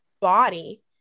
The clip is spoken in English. body